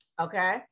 Okay